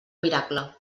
miracle